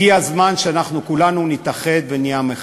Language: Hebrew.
הגיע הזמן שאנחנו כולנו נתאחד ונהיה עם אחד.